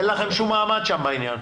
אין לכם שום מעמד שם בעניין.